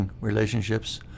relationships